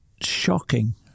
shocking